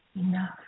enough